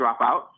dropout